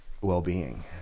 well-being